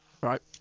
Right